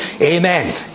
Amen